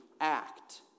act